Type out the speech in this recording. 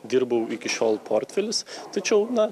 dirbau iki šiol portfelis tačiau na